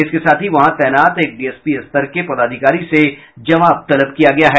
इसके साथ ही वहां तैनात एक डीएसपी स्तर के पदाधिकारी से जवाब तलब किया गया है